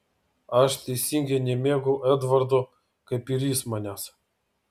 aš teisingai nemėgau edvardo kaip ir jis manęs